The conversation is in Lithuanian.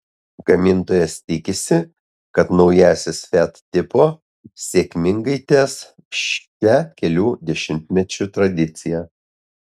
gamintojas tikisi kad naujasis fiat tipo sėkmingai tęs šią kelių dešimtmečių tradiciją